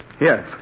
Yes